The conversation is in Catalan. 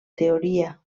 teoria